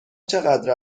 چقدر